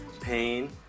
pain